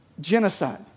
genocide